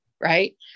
right